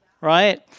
right